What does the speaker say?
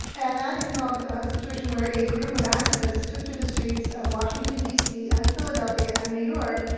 and that involved a situation where a group of activists took to the streets of washington, d. c, and philadelphia and new york,